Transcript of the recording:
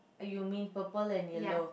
uh you mean purple and yellow